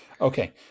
Okay